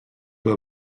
peu